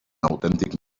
autèntic